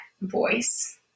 voice